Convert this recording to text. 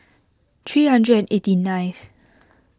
three hundred eighty ninth